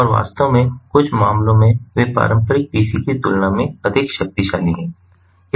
और वास्तव में कुछ मामलों में वे पारंपरिक पीसी की तुलना में अधिक शक्तिशाली हैं